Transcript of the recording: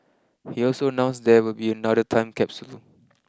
he also announced there will be another time capsule